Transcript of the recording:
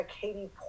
Katie